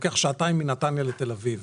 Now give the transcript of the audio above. לוקח שעתיים להגיע מנתניה לתל אביב.